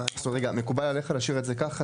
רגע, מקובל עליך להשאיר את זה ככה?